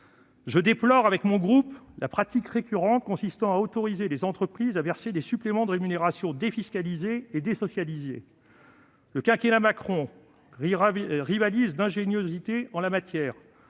je déplore la pratique récurrente consistant à autoriser les entreprises à verser des suppléments de rémunération défiscalisés et désocialisés. Le quinquennat Macron rivalise d'ingéniosité en la matière.